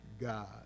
god